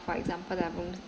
for example the room